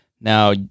Now